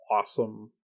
awesome